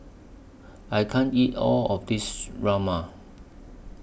I can't eat All of This Rajma